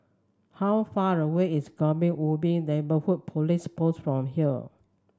how far away is Kebun Ubi Neighbourhood Police Post from here